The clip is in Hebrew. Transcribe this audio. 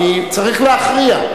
צריך להכריע.